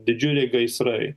didžiuliai gaisrai